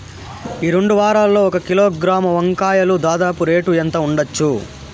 ఈ రెండు వారాల్లో ఒక కిలోగ్రాము వంకాయలు దాదాపు రేటు ఎంత ఉండచ్చు?